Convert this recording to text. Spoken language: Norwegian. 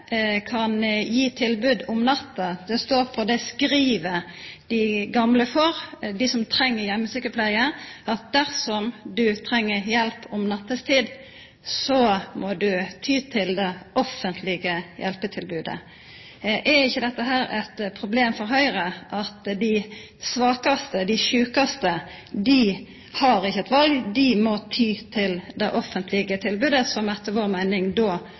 kan gi tilbod om natta. Det står i det skrivet dei gamle – dei som treng heimesjukepleie – får, at dersom dei treng hjelp nattetid, må dei ty til det offentlege hjelpetilbodet. Er det ikkje eit problem for Høgre at dei svakaste, dei sjukaste, ikkje har eit val, at dei må ty til det offentlege tilbodet, som etter vår meining då